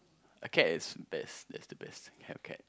a cat is best that's the best have a cat